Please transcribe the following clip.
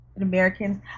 Americans